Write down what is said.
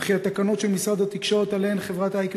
וכי התקנות של משרד התקשורת שעליהן חברת "אי.קיו.טק"